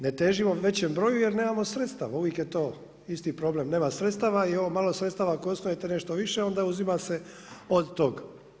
Ne težimo većem broju jer nemamo sredstava, uvijek je to isti problem nema sredstava i ovo malo sredstava ako ostavite nešto više onda uzima se od tog.